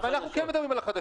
אבל אנחנו כן מדברים על החדשים.